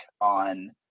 on